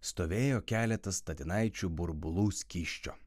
stovėjo keletas statinaičių burbulų skysčio